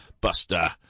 Buster